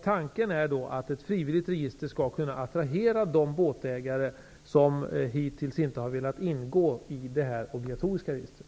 Tanken är att ett frivilligt register skall kunna attrahera de båtägare som hittills inte har velat ingå i det obligatoriska registret.